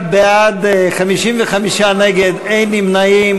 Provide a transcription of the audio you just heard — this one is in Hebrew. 41 בעד, 55 נגד ואין נמנעים.